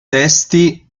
testi